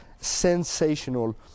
sensational